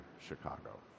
Chicago